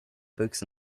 books